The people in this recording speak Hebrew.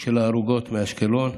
של ההרוגות מאשקלון,